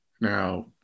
Now